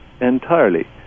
entirely